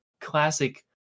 classic